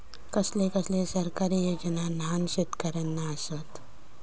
कसले कसले सरकारी योजना न्हान शेतकऱ्यांना आसत?